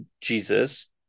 Jesus